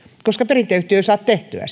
koska perintäyhtiö ei saa tehtyä